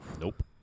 Nope